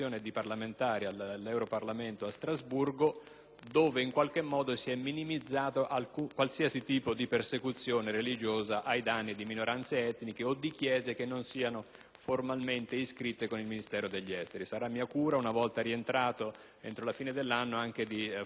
dove in qualche modo si è minimizzato qualsiasi tipo di persecuzione religiosa ai danni di minoranze etniche o di chiese che non siano formalmente iscritte presso il Ministero degli esteri. Sarà mia cura, una volta rientrato, entro la fine dell'anno, anche fornire un resoconto di missione.